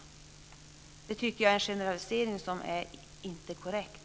Det tycker jag är en generalisering som inte är korrekt.